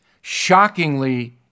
shockingly